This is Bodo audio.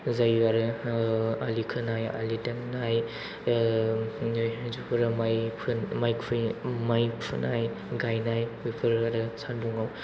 जायो आरो आलि खोनाय आलि दाननाय हिनजावफोरा माइ फुनाय माइ फुनाय गायनाय बेफोरो आरो सान्दुङाव